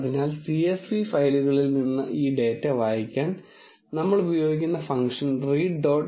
അതിനാൽ csv ഫയലുകളിൽ നിന്ന് ഈ ഡാറ്റ വായിക്കാൻ നമ്മൾ ഉപയോഗിക്കുന്ന ഫംഗ്ഷൻ read